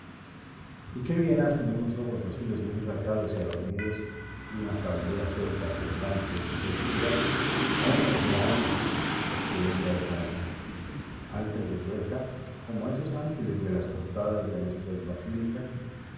y qué bien hacen unos ojos azules muy rasgados y adormidos y una cabellera suelta flotante y oscura a una mujer alta porque ella es alta alta y esbelta como esos ángeles de las portadas de nuestras basílicas